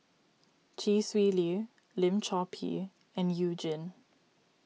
Chee Swee Lee Lim Chor Pee and You Jin